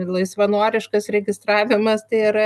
laisvanoriškas registravimas tai yra